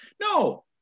No